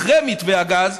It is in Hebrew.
אחרי מתווה הגז,